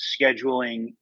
scheduling